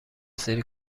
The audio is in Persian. سری